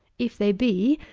if they be,